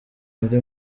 kuri